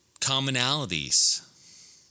Commonalities